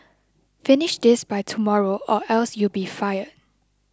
finish this by tomorrow or else you'll be fired